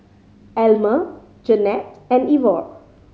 Elmer Jeanette and Ivor